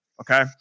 okay